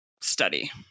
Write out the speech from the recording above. study